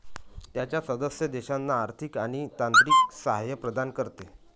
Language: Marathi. त्याच्या सदस्य देशांना आर्थिक आणि तांत्रिक सहाय्य प्रदान करते